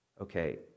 okay